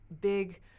big